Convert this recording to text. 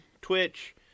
Twitch